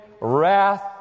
wrath